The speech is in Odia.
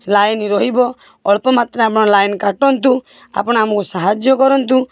ଲାଇନ୍ ରହିବ ଅଳ୍ପ ମାତ୍ରାରେ ଲାଇନ୍ କାଟନ୍ତୁ ଆପଣ ଆମୁକୁ ସାହାଯ୍ୟ କରନ୍ତୁ